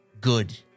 good